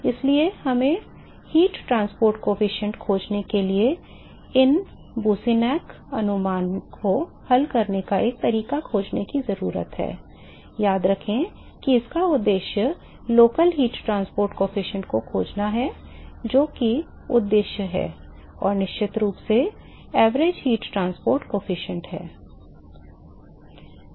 इसलिए हमें ऊष्मा परिवहन गुणांक खोजने के लिए इन बूसिनेसक अनुमान को हल करने का एक तरीका खोजने की जरूरत है याद रखें कि इसका उद्देश्य स्थानीय ताप परिवहन गुणांक को खोजना है जो कि उद्देश्य है और निश्चित रूप से औसत ऊष्मा परिवहन गुणांक है